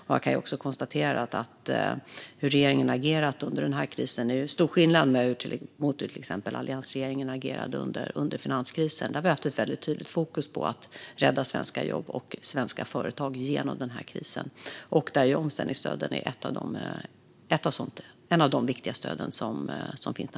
Jag kan också konstatera att det är stor skillnad på hur regeringen har agerat under den här krisen mot hur alliansregeringen agerade under finanskrisen. Vi har haft ett tydligt fokus på att rädda svenska jobb och svenska företag genom krisen. Omställningsstödet är ett av de viktiga stöden.